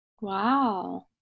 Wow